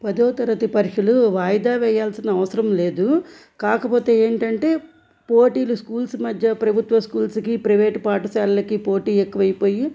పదో తరగతి పరీక్షలు వాయిదా వేయాల్సిన అవసరం లేదు కాకపోతే ఏంటంటే పోటీలు స్కూల్స్ మధ్య ప్రభుత్వ స్కూల్స్కి ప్రవేట్ పాఠశాలలకి పోటీ ఎక్కువైపోయి